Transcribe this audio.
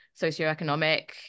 socioeconomic